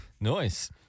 nice